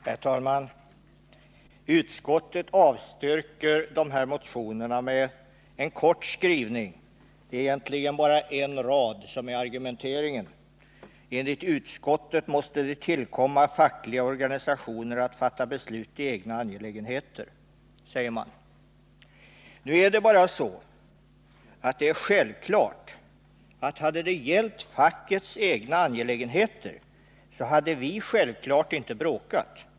Herr talman! Utskottsmajoriteten avstyrker motionerna med en kort skrivning. Det är egentligen bara en rad som är argumenteringen. ”Enligt utskottet måste det tillkomma fackliga organisationer att fatta beslut i egna angelägenheter”, säger man. Det är emellertid självklart att om det hade gällt fackets egna angelägenheter hade vi inte bråkat.